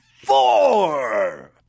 Four